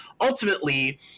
ultimately